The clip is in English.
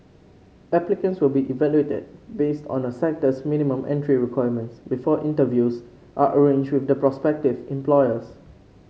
applicants will be evaluated based on a sector's minimum entry requirements before interviews are arranged with the prospective employers